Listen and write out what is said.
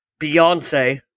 Beyonce